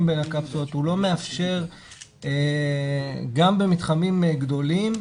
בין הקפסולות לא מאפשרים גם במתחמים גדולים.